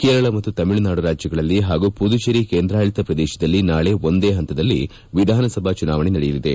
ಕೇರಳ ಮತ್ತು ತಮಿಳುನಾಡು ರಾಜ್ಯಗಳಲ್ಲಿ ಹಾಗೂ ಪುದುಚೇರಿ ಕೇಂದ್ರಾಡಳಿತ ಪ್ರದೇಶದಲ್ಲಿ ನಾಳೆ ಒಂದೇ ಹಂತದಲ್ಲಿ ವಿಧಾನಸಭಾ ಚುನಾವಣೆ ನಡೆಯಲಿದೆ